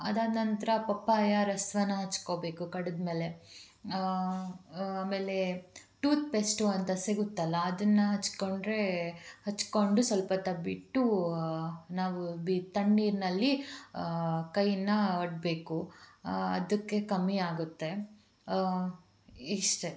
ಅದಾದ ನಂತರ ಪಪ್ಪಾಯ ರಸನ ಹಚ್ಕೋಬೇಕು ಕಡಿದ ಮೇಲೆ ಆಮೇಲೆ ಟೂತ್ಪೇಸ್ಟು ಅಂತ ಸಿಗುತ್ತಲ್ವಾ ಅದನ್ನು ಹಚ್ಚಿಕೊಂಡ್ರೆ ಹಚ್ಚಿಕೊಂಡು ಸ್ವಲ್ಪ ಹೊತ್ತ ಬಿಟ್ಟು ನಾವು ಬಿ ತಣ್ಣೀರಿನಲ್ಲಿ ಕೈಯನ್ನ ಒಡ್ಡಬೇಕು ಅದಕ್ಕೆ ಕಮ್ಮಿ ಆಗುತ್ತೆ ಇಷ್ಟೇ